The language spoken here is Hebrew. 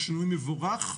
שינוי מבורך,